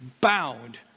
bowed